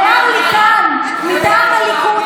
נאמר לי כאן מטעם הליכוד,